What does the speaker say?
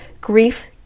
grief